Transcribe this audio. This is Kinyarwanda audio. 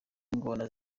ingona